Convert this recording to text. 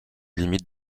limites